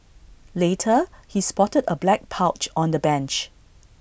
later he spotted A black pouch on the bench